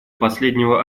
последнего